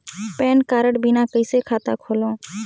Pan card बिना कइसे खाता खोलव?